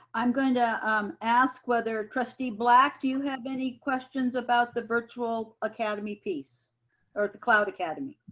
i'm going to um ask whether trustee black, do you have any questions about the virtual academy piece or the cloud academy?